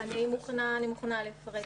אני מוכנה לפרט.